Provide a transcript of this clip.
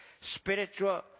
spiritual